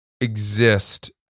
exist